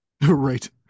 right